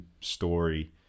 story